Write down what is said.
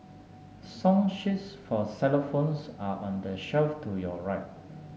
song sheets for xylophones are on the shelf to your right